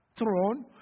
Throne